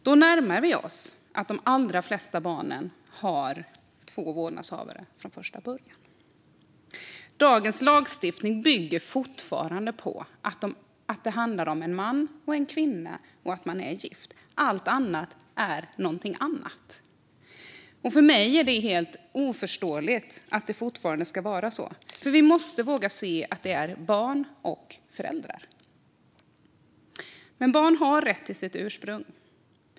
Då närmar vi oss att de allra flesta barn har två vårdnadshavare från första början. Dagens lagstiftning bygger fortfarande på att det handlar om en man och en kvinna och att de är gifta. Allt annat är någonting annat. För mig är det helt oförståeligt att det fortfarande ska vara så. Vi måste våga se att det är barn och föräldrar. Barn har rätt till sitt ursprung.